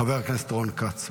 חבר הכנסת רון כץ,